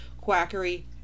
quackery